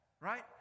right